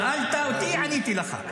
שאלת אותי, עניתי לך.